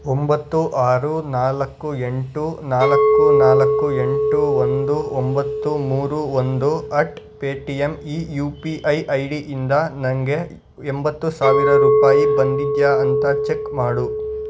ಒಂಬತ್ತು ಆರು ನಾಲ್ಕು ಎಂಟು ನಾಲ್ಕು ನಾಲ್ಕು ಎಂಟು ಒಂದು ಒಂಬತ್ತು ಮೂರು ಒಂದು ಅಟ್ ಪೇಟಿಎಂ ಈ ಯು ಪಿ ಐ ಐ ಡಿಯಿಂದ ನನಗೆ ಎಂಬತ್ತು ಸಾವಿರ ರೂಪಾಯಿ ಬಂದಿದೆಯಾ ಅಂತ ಚೆಕ್ ಮಾಡು